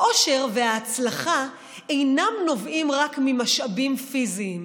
האושר וההצלחה אינם נובעים רק ממשאבים פיזיים,